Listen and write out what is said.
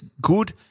good